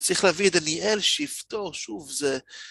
צריך להביא את אליאל שיפתור שוב זה...